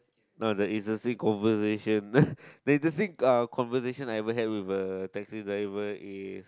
no the interesting conversation the interesting uh conversation I ever had with a taxi driver is